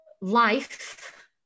life